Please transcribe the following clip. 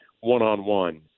one-on-one